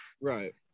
Right